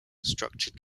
structured